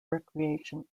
recreation